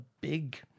big